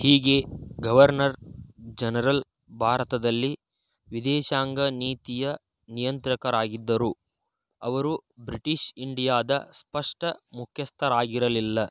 ಹೀಗೆ governor general ಭಾರತದಲ್ಲಿ ವಿದೇಶಾಂಗ ನೀತಿಯ ನಿಯಂತ್ರಕರಾಗಿದ್ದರು ಅವರು ಬ್ರಿಟಿಷ್ ಇಂಡಿಯಾದ ಸ್ಪಷ್ಟ ಮುಖ್ಯಸ್ಥರಾಗಿರಲಿಲ್ಲ